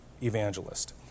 evangelist